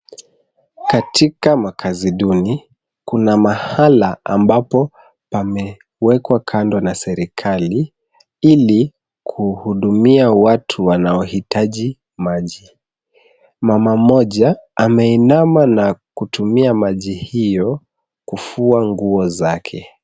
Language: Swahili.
Katika makazi duni, kuna mahala ambapo pamewekwa kando na serikali ili kuhudumia watu wanaohitaji maji. Mama mmoja ameinama na kutumia maji hiyo kufua nguo zake.